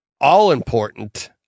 all-important